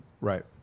right